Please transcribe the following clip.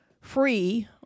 free